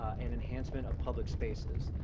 and enhancement of public spaces.